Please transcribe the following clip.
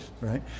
right